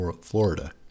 Florida